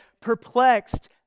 perplexed